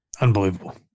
unbelievable